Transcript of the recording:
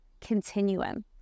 continuum